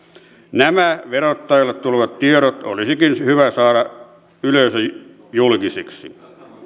nämä verottajalle tulevat tiedot olisikin hyvä saada yleisöjulkisiksi